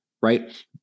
Right